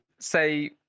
say